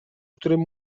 którym